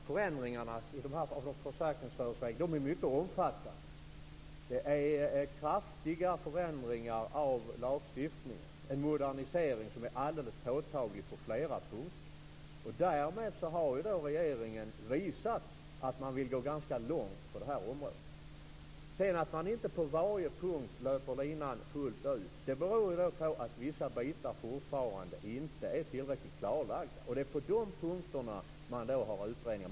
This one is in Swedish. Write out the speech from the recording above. Fru talman! Förändringarna i försäkringsrörelsereglerna är mycket omfattande. Det rör sig om kraftiga förändringar av lagstiftningen, på många punkter en påtaglig modernisering. Därmed har regeringen visat att man vill gå ganska långt på detta område. Att man inte löper linan ut på varje punkt beror på att vissa bitar fortfarande inte är tillräckligt klarlagda. Det är på de punkterna man vill göra utredningar.